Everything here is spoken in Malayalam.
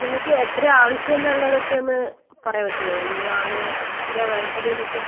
നിങ്ങൾക്ക് എത്രയാണ് ആവശ്യം എന്നുള്ളതൊക്കെയൊന്ന് പറയാൻ പറ്റുവോ എങ്ങനെയാണ് എത്രയാ വേണ്ടതെന്നൊക്കെ